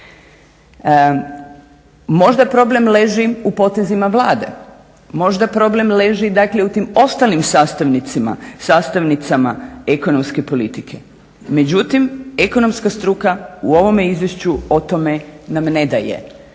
Možda problem leži u potezima Vlade, možda problem leži u tim ostalim sastavnicama ekonomske politike, međutim ekonomska struka u ovom izvješću o tome nam ne daje